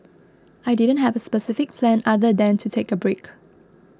I didn't have a specific plan other than to take a break